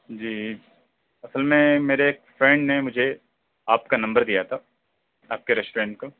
جی اصل میں میرے ایک فرینڈ نے مجھے آپ کا نمبر دیا تھا آپ کے ریسٹورینٹ کا